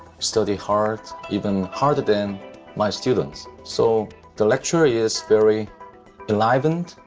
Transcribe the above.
study hard even harder than my students so the lecture is very enlivened,